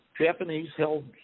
Japanese-held